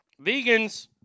Vegans